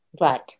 right